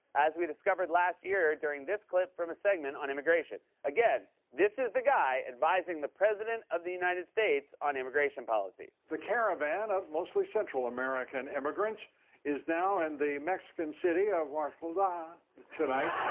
as we discovered last year during this clip from a segment on immigration. again, this is the guy advising the president of the united states on immigration policy. the caravan of mostly central american immigrants is now in the mexican city of ah ah tonight.